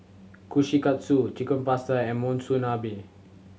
Kushikatsu Chicken Pasta and Monsunabe